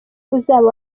uzaba